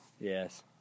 Yes